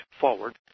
forward